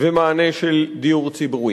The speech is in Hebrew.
ומענה של דיור ציבורי.